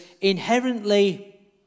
inherently